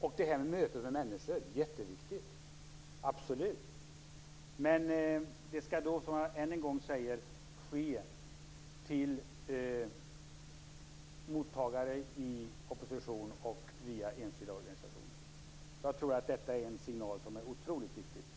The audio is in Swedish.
Och mötet med människor är förstås jätteviktigt - absolut. Men det skall ske - jag säger detta ännu en gång - till mottagare i opposition och via enskilda organisationer. Jag tror att detta är en signal som är otroligt viktig.